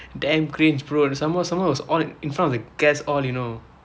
damn cringe bro somemore somemore it was all in front of the guests all you know